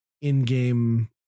in-game